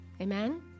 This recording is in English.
Amen